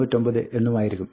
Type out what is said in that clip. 0 1 99 എന്നുമായിരിക്കും